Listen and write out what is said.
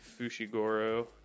Fushigoro